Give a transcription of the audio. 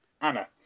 Anna